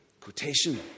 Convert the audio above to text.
quotation